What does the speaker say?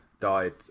died